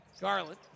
Garland